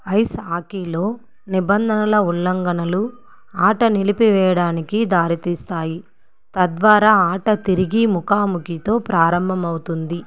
ice హాకీలో నిబంధనల ఉల్లంఘనలు ఆట నిలిపివేయడానికి దారితీస్తాయి తద్వారా ఆట తిరిగి ముఖాముఖీతో ప్రారంభమవుతుంది